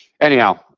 anyhow